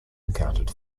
encountered